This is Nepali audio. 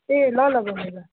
ए ल ल बैनी ल